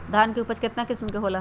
धान के उपज केतना किस्म के होला?